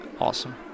Awesome